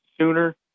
sooner